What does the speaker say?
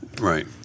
Right